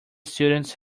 students